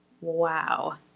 Wow